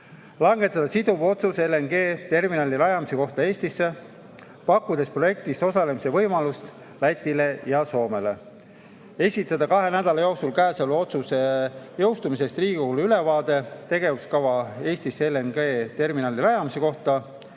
Langetada siduv otsus LNG-terminali rajamise kohta Eestisse, pakkudes projektis osalemise võimalust Lätile ja Soomele. Esitada kahe nädala jooksul käesoleva otsuse jõustumisest Riigikogule ülevaatena tegevuskava Eestisse LNG-terminali rajamise kohta,